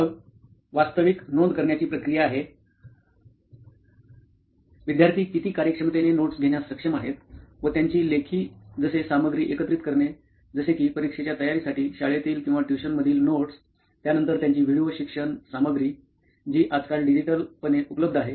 मग वास्तविक नोंद करण्याची प्रक्रिया आहे विद्यार्थी किती कार्यक्षमतेने नोट्स घेण्यास सक्षम आहेत व त्यांची लेखी जसे सामग्री एकत्रित करणे जसे कि परीक्षेच्या तयारी साठी शाळेतील किंवा ट्युशन मधील नोट्स त्यानंतर त्यांची व्हिडीओ शिक्षण सामग्री जी आजकाल डिजिटलपणे उपलब्ध आहे